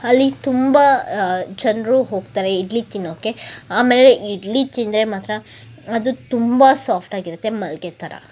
ಅಲ್ಲಿ ತುಂಬ ಜನರು ಹೋಗ್ತಾರೆ ಇಡ್ಲಿ ತಿನ್ನೋಕ್ಕೆ ಆಮೇಲೆ ಇಡ್ಲಿ ತಿಂದರೆ ಮಾತ್ರ ಅದು ತುಂಬ ಸಾಫ್ಟಾಗಿರುತ್ತೆ ಮಲ್ಲಿಗೆ ಥರ